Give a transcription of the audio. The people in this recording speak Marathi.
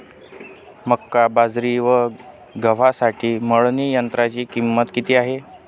मका, बाजरी व गव्हासाठी मळणी यंत्राची किंमत किती आहे?